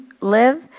live